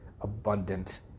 Abundant